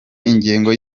ingengo